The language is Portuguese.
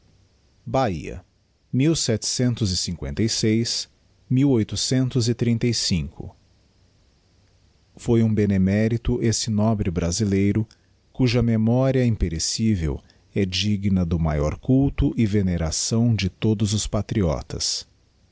bahia itbeissb foi um benemérito esse nobre brasileiro cuja memoria imperecivel é digna do maior culto e veneração de todos os patriotas